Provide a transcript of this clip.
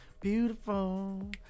Beautiful